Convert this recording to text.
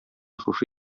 шушы